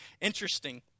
interesting